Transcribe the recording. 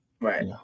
Right